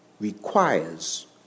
requires